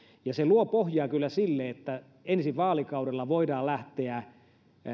ja se luo pohjaa kyllä sille että ensi vaalikaudella voidaan lähteä